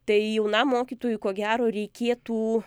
tai jaunam mokytojui ko gero reikėtų